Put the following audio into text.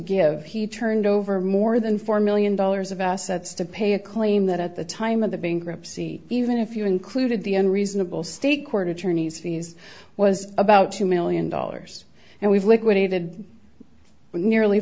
give he turned over more than four million dollars of assets to pay a claim that at the time of the bankruptcy even if you included the end reasonable state court attorneys fees was about two million dollars and we've liquidated nearly